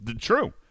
True